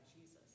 Jesus